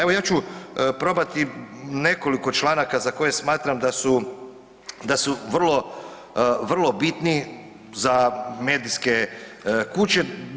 Evo, ja ću probati nekoliko članaka za koje smatram da su vrlo, vrlo bitni za medijske kuće.